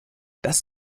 das